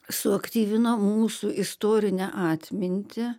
suaktyvino mūsų istorinę atmintį